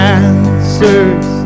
answers